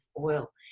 oil